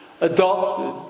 adopted